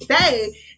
say